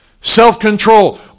Self-control